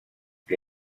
que